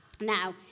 Now